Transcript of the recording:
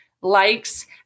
likes